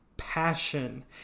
passion